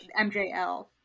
mjl